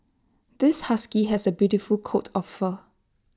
this husky has A beautiful coat of fur